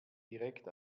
direkt